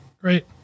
great